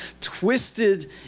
twisted